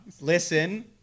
Listen